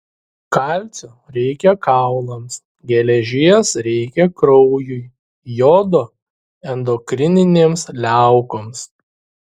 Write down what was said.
kalcio reikia kaulams geležies reikia kraujui jodo endokrininėms liaukoms